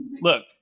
look